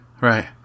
right